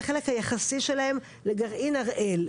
את החלק היחסי שלהם לגרעין הראל.